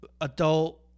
adult